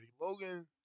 Logan